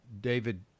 David